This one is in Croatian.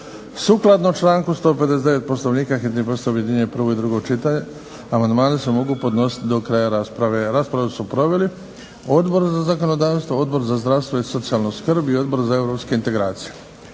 Sukladno članku 159. Poslovnika hitni postupak objedinjuje prvo i drugo čitanje. Amandmani se mogu podnositi do kraja rasprave. Raspravu su proveli Odbor za zakonodavstvo, Odbor za zdravstvo i socijalnu skrb i Odbor za europske integracije.